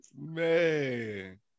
Man